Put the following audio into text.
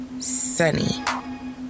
Sunny